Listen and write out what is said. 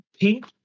Pink